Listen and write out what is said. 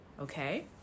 okay